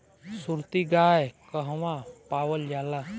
सुरती गाय कहवा पावल जाला?